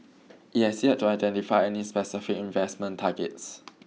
it has yet to identify any specific investment targets